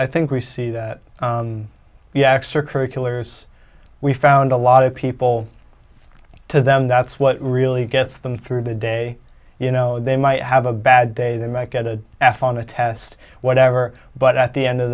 i think we see that yaks are curry killers we found a lot of people to them that's what really gets them through the day you know they might have a bad day they might get a f on a test whatever but at the end of